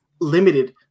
limited